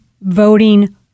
voting